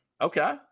Okay